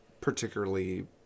particularly